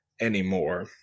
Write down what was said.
anymore